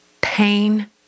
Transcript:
Pain